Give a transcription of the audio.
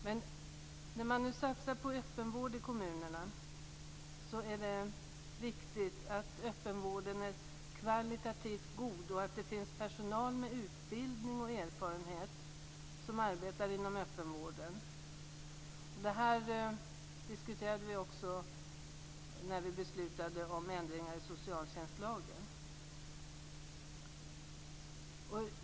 Men när man nu satsar på öppenvård i kommunerna är det viktigt att den är kvalitativt god och att det finns personal med utbildning och erfarenhet som arbetar inom den öppna vården. Detta diskuterade vi när vi beslutade om ändringar i socialtjänstlagen.